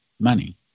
money